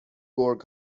گرگ